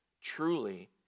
Truly